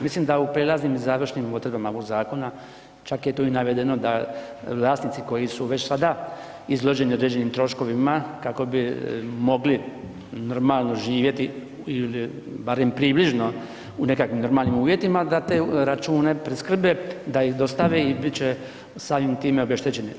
Mislim da u prijelaznim i završnim odredbama ovog zakona čak je to i navedeno da vlasnici koji su već sada izloženi određenim troškovima kako bi mogli normalno živjeti, barem približno u nekakvim normalnim uvjetima, da te račune priskrbe, da ih dostave i bit će samim time obeštećeni.